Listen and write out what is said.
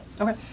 Okay